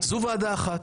זו ועדה אחת.